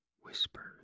whispers